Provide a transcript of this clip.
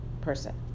person